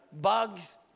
bugs